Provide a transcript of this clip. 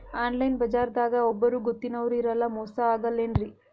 Online ಬಜಾರದಾಗ ಒಬ್ಬರೂ ಗೊತ್ತಿನವ್ರು ಇರಲ್ಲ, ಮೋಸ ಅಗಲ್ಲೆನ್ರಿ?